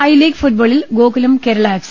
I League ഫുട്ബോളിൽ Gokulam Kerala F